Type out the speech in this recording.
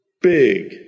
big